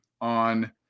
on